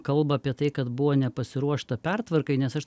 kalba apie tai kad buvo nepasiruošta pertvarkai nes aš